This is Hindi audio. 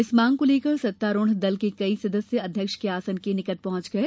इस मांग को लेकर सत्तारूढ़ दल के कई सदस्य अध्यक्ष के आसन के निकट पहुंच गये